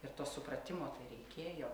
ir to supratimo tai reikėjo